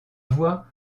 voie